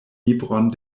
libron